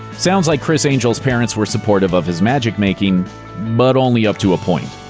sounds like criss angel's parents were supportive of his magic-making but only up to a point.